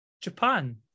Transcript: Japan